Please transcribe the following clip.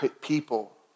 people